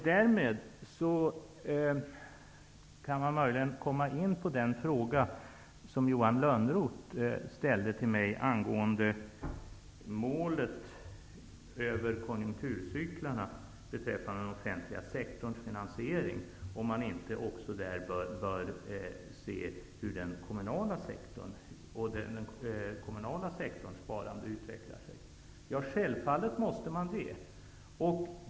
Därmed kommer jag in på den fråga som Johan Lönnroth ställde till mig angående målet över konjunkturcyklarna beträffande den offentliga sektorns finansiering. Han undrade om man inte också där borde se hur den kommunala sektorns sparande utvecklas. Självfallet måste man det.